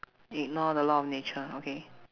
ignore the law of nature okay